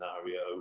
scenario